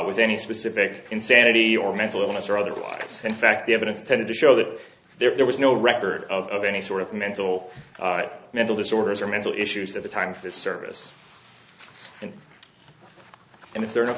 was any specific insanity or mental illness or otherwise in fact the evidence tended to show that there was no record of any sort of mental mental disorders or mental issues at the time for this service and if they're not